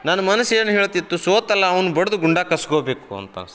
ನನ್ನ ಮನಸ್ಸು ಏನು ಹೇಳ್ತಿತ್ತು ಸೋತಲಾ ಅವ್ನ ಬಡ್ದು ಗುಂಡ ಕಸ್ಕೊಬೇಕು ಅಂತ ಅನಸ್ತಿತ್ತು